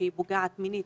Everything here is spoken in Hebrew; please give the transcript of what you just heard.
שפוגעים מינית,